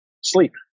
sleep